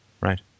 right